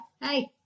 hey